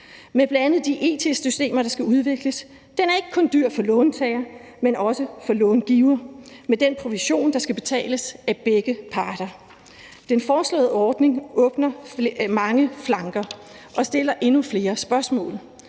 med bl.a. de it-systemer, der skal udvikles, og den er ikke kun dyr for låntager, men også for långiver med den provision, der skal betales af begge parter. Den foreslåede ordning åbner mange flanker og stiller endnu flere spørgsmål